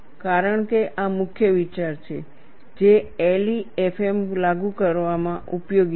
કારણ કે આ મુખ્ય વિચાર છે જે LEFM લાગુ કરવામાં ઉપયોગી છે